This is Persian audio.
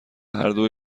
هردو